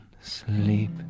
sleep